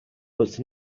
but